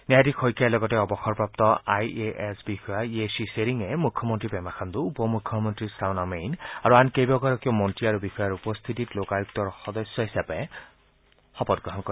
ন্যায়াধীশ শইকীয়াৰ লগতে অৱসৰপ্ৰাপ্ত আই এ এছ বিষয়া য়েশ্বি চেৰিঙে মুখ্যমন্ত্ৰী পেমা খাণ্ড উপমুখ্যমন্ত্ৰী চাওনা মেইন আন কেইবাগৰাকীও মন্ত্ৰী আৰু বিষয়াৰ উপস্থিতিত লোকায়ুক্তৰ সদস্য হিচাপে শপত গ্ৰহণ কৰে